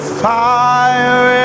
fire